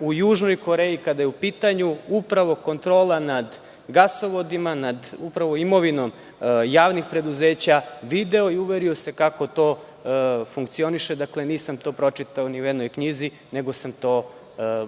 u Južnoj Koreji, kada je upitanju upravo kontrola nad gasovodima, upravo imovinom javnih preduzeća, video i uverio se kako to funkcioniše. Dakle, nisam to pročitao ni u jednoj knjizi, nego sam to